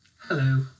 Hello